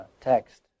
text